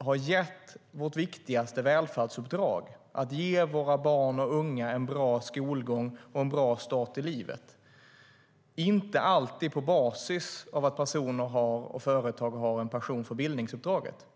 har gett vårt viktigaste välfärdsuppdrag, att ge våra barn och unga en bra skolgång och en bra start i livet, på basis av att personer och företag har en passion för bildningsuppdraget.